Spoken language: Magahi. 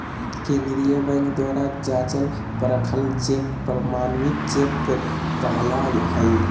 केंद्रीय बैंक द्वारा जाँचल परखल चेक प्रमाणित चेक कहला हइ